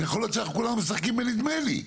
כי יכול להיות שכולנו משחקים בנדמה לי.